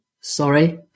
sorry